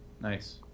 Nice